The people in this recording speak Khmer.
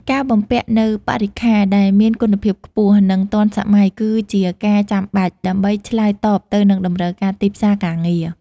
ការបំពាក់នូវបរិក្ខារដែលមានគុណភាពខ្ពស់និងទាន់សម័យគឺជាការចាំបាច់ដើម្បីឆ្លើយតបទៅនឹងតម្រូវការទីផ្សារការងារ។